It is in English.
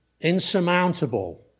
insurmountable